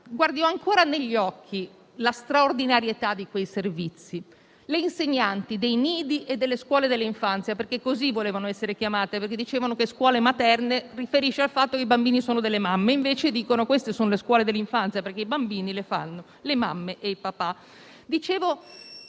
comunali. Ho ancora negli occhi la straordinarietà di quei servizi, le insegnanti dei nidi e delle scuole dell'infanzia. Così, infatti, volevano essere chiamate, perché dicevano che la dicitura «scuole materne» si riferisce al fatto che i bambini sono delle mamme, invece quelle erano scuole dell'infanzia perché i bambini li fanno le mamme e i papà.